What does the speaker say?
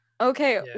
Okay